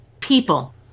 people